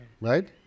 right